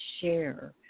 share